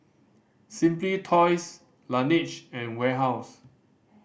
Simply Toys Laneige and Warehouse